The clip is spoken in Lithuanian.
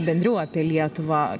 bendriau apie lietuvą